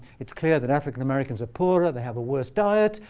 it's clear that african-american are poorer. they have a worse diet.